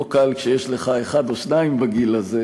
לא קל כשיש לך אחד או שניים בגיל הזה,